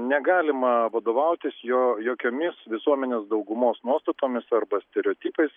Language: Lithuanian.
negalima vadovautis jo jokiomis visuomenės daugumos nuostatomis arba stereotipais